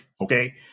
okay